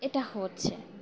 এটা হচ্ছে